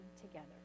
together